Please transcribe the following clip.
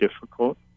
difficult